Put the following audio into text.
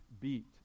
beat